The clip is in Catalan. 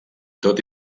tot